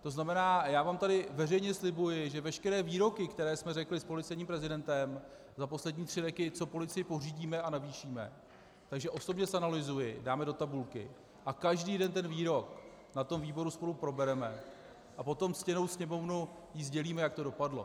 To znamená, já vám tady veřejně slibuji, že veškeré výroky, které jsme řekli s policejním prezidentem za poslední tři roky, co policii pořídíme a navýšíme, osobně zanalyzuji, dám je do tabulky a každý jeden výrok na tom výboru spolu probereme a potom ctěné Sněmovně sdělíme, jak to dopadlo.